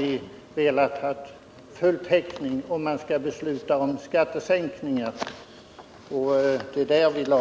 Vi har velat ha full täckning för beslut om skattesänkningar. I skatteutskottet